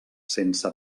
sense